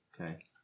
Okay